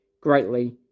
greatly